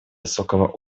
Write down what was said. высокого